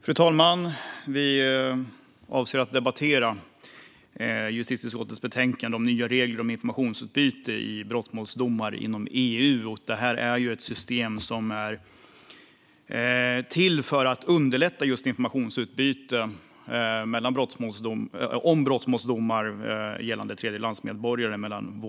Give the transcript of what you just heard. Fru talman! Vi avser att debattera justitieutskottets betänkande Nya regler om informationsutbyte om brottmålsdomar i EU . Det handlar om ett system som är till för att underlätta för just informationsutbyte mellan våra respektive EU-länder om brottmålsdomar gällande tredjelandsmedborgare.